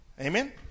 Amen